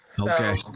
Okay